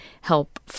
help –